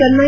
Chennai